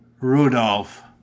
Rudolph